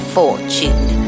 fortune